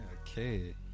okay